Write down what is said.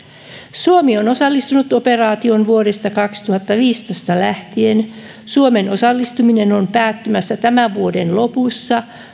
suomi on osallistunut operaatioon vuodesta kaksituhattaviisitoista lähtien suomen osallistuminen on päättymässä tämän vuoden lopussa